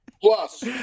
Plus